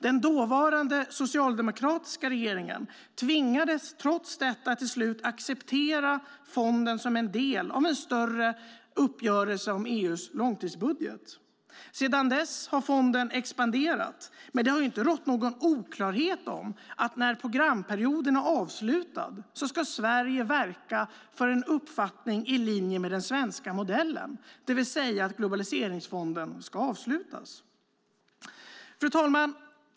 Den dåvarande socialdemokratiska regeringen tvingades trots detta till slut acceptera fonden som en del av en större uppgörelse om EU:s långtidsbudget. Sedan dess har fonden expanderat, men det har inte rått någon oklarhet om att när programperioden är avslutad ska Sverige verka för en uppfattning i linje med den svenska modellen, det vill säga att globaliseringsfonden ska avslutas. Fru talman!